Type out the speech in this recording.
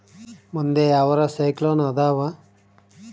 ಮುಂದೆ ಯಾವರ ಸೈಕ್ಲೋನ್ ಅದಾವ?